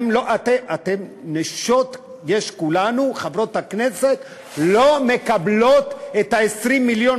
יש כולנו, חברות הכנסת לא מקבלות את 20 מיליון